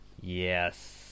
Yes